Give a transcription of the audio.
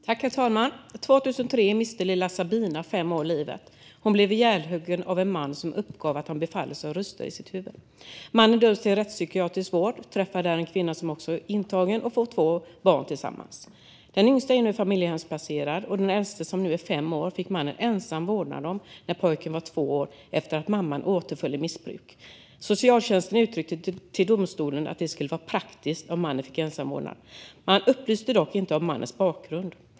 Herr talman! År 2003 miste lilla Sabina, fem år, livet. Hon blev ihjälhuggen av en man som uppgav att han befalldes av röster i sitt huvud. Mannen dömdes till rättspsykiatrisk vård. Där träffade han en kvinna som också var intagen. De fick två barn tillsammans. Det yngsta barnet är nu familjehemsplacerat, men det äldsta, som nu är fem år, fick mannen ensam vårdnad om när pojken var två år efter att mamman hade återfallit i missbruk. Socialtjänsten uttryckte till domstolen att det skulle vara praktiskt om mannen fick ensam vårdnad. Man upplyste dock inte om mannens bakgrund.